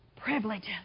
privileges